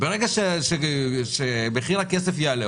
ברגע שמחיר הכסף יעלה,